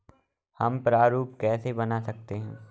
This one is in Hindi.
हम प्रारूप कैसे बना सकते हैं?